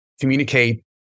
communicate